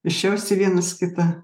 išjausti vienas kitą